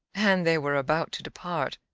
and they were about to depart,